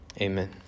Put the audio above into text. amen